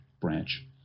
branch